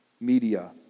media